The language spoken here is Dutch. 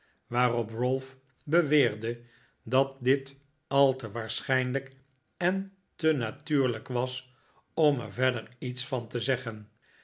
waarop ralph beweerde dat dit al te waarschijnlijk en te natuurlijk was om er verder iets van te zeggen